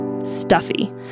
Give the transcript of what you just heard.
stuffy